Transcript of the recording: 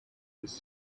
his